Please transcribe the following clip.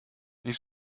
ich